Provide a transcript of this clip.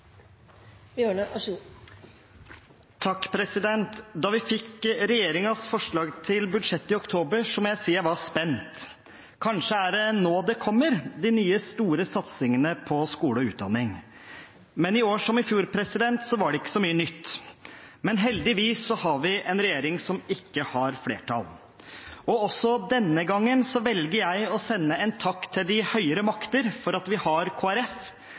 jeg var spent. Kanskje er det nå de kommer, de nye store satsingene på skole og utdanning. I år, som i fjor, var det ikke mye nytt, men heldigvis har vi en regjering som ikke har flertall. Også denne gangen velger jeg å sende en takk til de høyere makter for at vi har